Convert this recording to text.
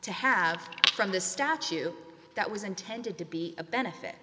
to have from the statue that was intended to be a benefit